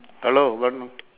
hello vadnu